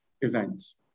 events